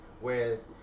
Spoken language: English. whereas